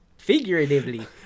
figuratively